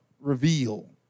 reveal